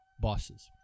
bosses